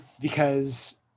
because-